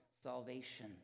salvation